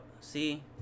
see